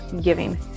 giving